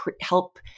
help